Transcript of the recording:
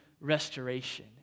restoration